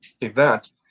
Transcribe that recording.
event